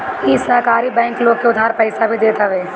इ सहकारी बैंक लोग के उधार पईसा भी देत हवे